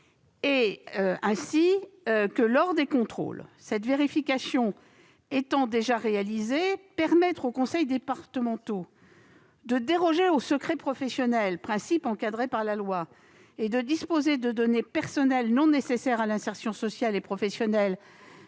ainsi que lors des contrôles. Cette vérification étant déjà réalisée, permettre aux conseils départementaux de déroger au secret professionnel, principe encadré par la loi, et de disposer de données personnelles non nécessaires à l'insertion sociale et professionnelle